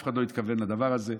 אף אחד לא התכוון לדבר הזה.